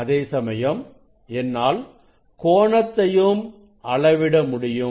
அதே சமயம் என்னால் கோணத்தையும் அளவிட முடியும்